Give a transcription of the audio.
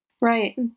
Right